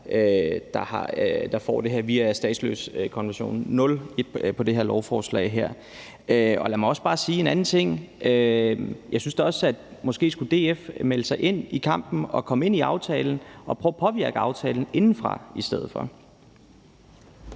der får det via statsløsekonventionen – 0 personer på det her lovforslag. Lad mig også bare sige en anden ting: Jeg synes da også, at DF skulle melde sig ind i kampen og komme ind i aftalen og prøve at påvirke aftalen indefra i stedet for.